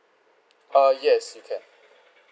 ah yes you can